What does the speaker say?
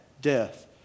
Death